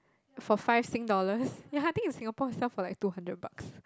for five Sing dollars ya I think in Singapore sell for like two hundred bucks